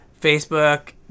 Facebook